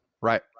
Right